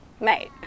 mate